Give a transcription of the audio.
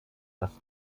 das